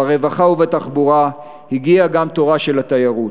ברווחה ובתחבורה, הגיע גם תורה של התיירות.